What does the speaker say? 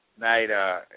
night